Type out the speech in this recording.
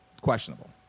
questionable